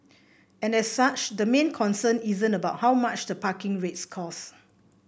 and as such the main concern isn't about how much the parking rates cost